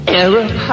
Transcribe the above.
error